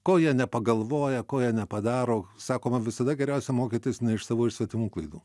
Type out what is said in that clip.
ko jie nepagalvoja ko jie nepadaro sakoma visada geriausia mokytis ne iš savų iš svetimų klaidų